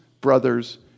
brothers